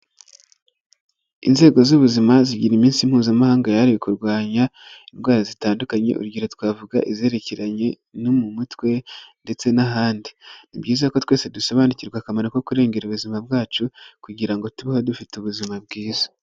Inzego z'ubuzima zigira iminsi mpuzamahanga yahariwe kurwanya indwara zitandukanye. Urugero twavuga izerekeranye no mu mutwe ndetse n'ahandi. Ni byiza ko twese dusobanukirwa akamaro ko kurengera ubuzima bwacu, kugira ngo tubeho dufite ubuzima bwiza.